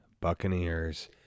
Buccaneers